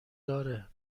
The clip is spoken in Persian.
داره